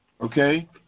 Okay